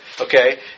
okay